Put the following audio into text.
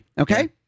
Okay